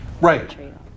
right